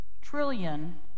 trillion